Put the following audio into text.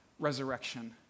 resurrection